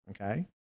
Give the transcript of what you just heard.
okay